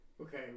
Okay